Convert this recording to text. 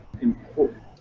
important